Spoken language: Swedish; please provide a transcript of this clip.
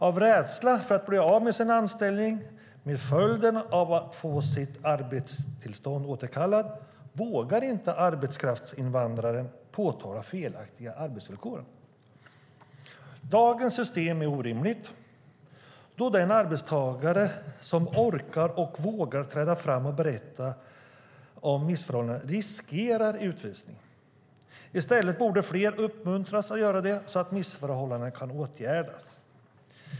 Av rädsla för att bli av med sin anställning, med följden att få sitt arbetstillstånd återkallat, vågar inte arbetskraftsinvandrarna påtala felaktiga arbetsvillkor. Dagens system är orimligt, då den arbetstagare som orkar och vågar träda fram och berättar om missförhållanden riskerar utvisning. I stället borde fler uppmuntras att göra det, så att missförhållandena kan åtgärdas."